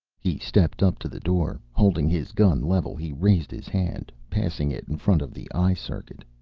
he stepped up to the door. holding his gun level he raised his hand, passing it in front of the eye circuit.